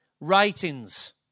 writings